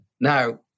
Now